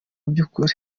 by’ukuri